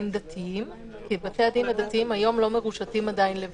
דתיים, כי כיום הם לא מרושתים עדיין ל-VC.